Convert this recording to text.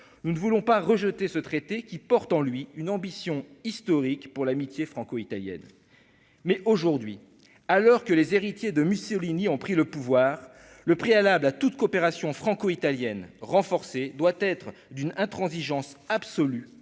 nous ne voulons pas rejeter ce traité qui porte en lui une ambition historique pour l'amitié franco-italienne, mais aujourd'hui, alors que les héritiers de Mussolini ont pris le pouvoir le préalable à toute coopération franco- italienne renforcée doit être d'une intransigeance absolue